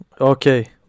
Okay